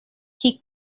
qui